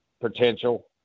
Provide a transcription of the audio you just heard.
potential